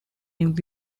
new